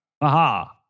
Aha